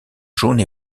jaune